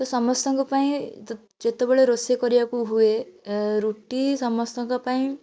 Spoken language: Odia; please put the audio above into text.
ତ ସମସ୍ତଙ୍କ ପାଇଁ ଯେତେବେଳେ ରୋଷେଇ କରିବାକୁ ହୁଏ ରୁଟି ସମସ୍ତଙ୍କ ପାଇଁ